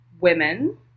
women